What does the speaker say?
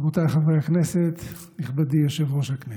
רבותיי חברי הכנסת, נכבדי יושב-ראש הכנסת,